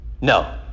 No